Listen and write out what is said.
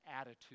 attitude